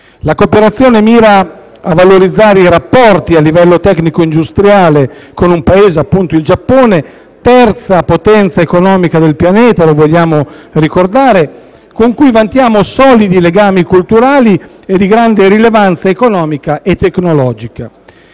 La cooperazione mira a valorizzare i rapporti a livello tecnico-industriale con un Paese, il Giappone, terza potenza economica del pianeta, con cui vantiamo solidi legami culturali e di grande rilevanza economica e tecnologica.